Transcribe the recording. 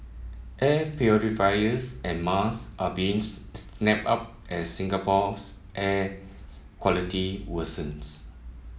air purifiers and mask are being snapped up as Singapore's air quality worsens